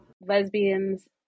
lesbians